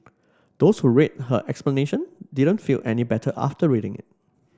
those who read her explanation didn't feel any better after reading it